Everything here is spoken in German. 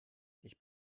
ich